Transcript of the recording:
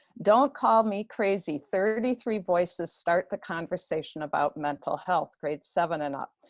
don't call me crazy thirty three voices start the conversation about mental health. grade seven and up.